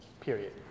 period